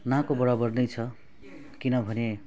ना को बराबर नै छ किनभने